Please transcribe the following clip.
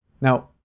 Now